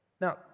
Now